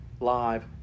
live